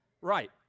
right